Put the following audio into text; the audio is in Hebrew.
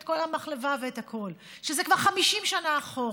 את כל המחלבה ואת הכול, שזה כבר 50 שנה אחורה.